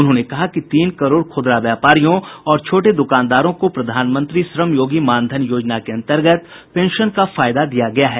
उन्होंने कहा कि तीन करोड़ खुदरा व्यापारियों और छोटे दुकानदारों को प्रधानमंत्री श्रमयोगी मानधन योजना के अंतर्गत पेंशन का फायदा दिया गया है